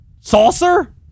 saucer